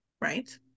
right